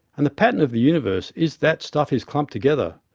and the pattern of the universe is that stuff is clumped together.